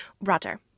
Roger